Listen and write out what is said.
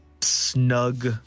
snug